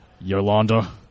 Yolanda